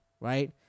right